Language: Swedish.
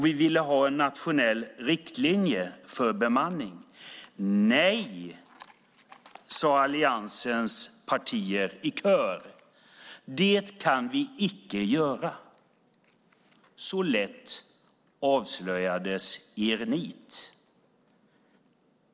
Vi ville ha nationella riktlinjer för bemanning. Nej, sade Alliansens partier i kör, det kan vi icke göra. Så lätt avslöjades ert nit.